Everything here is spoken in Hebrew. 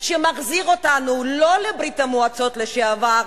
שמחזיר אותנו לא לברית-המועצות לשעבר,